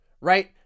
right